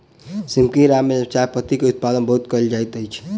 सिक्किम राज्य में चाह पत्ती के उत्पादन बहुत कयल जाइत अछि